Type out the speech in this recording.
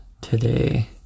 today